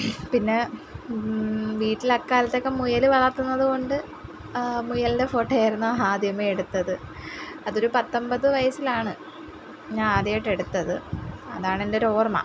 പിന്നെ വീട്ടിലക്കാലത്തൊക്കെ മുയല് വളർത്തുന്നത് കൊണ്ട് മുയലിൻ്റെ ഫോട്ടോ ആയിരുന്നു ആദ്യമേ എടുത്തത് അതൊരു പത്തൊമ്പത് വയസ്സിലാണ് ഞാനാദ്യമായിട്ടെടുത്തത് അതാണെൻറ്റൊരോർമ്മ